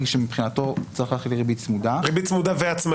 שמבחינתו צריך להחיל ריבית צמודה והצמדה,